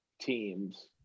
teams